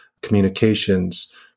communications